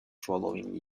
following